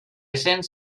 cents